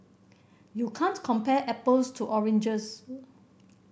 you can't compare apples to oranges